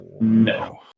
no